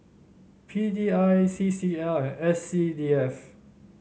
P D I C C L and S C D F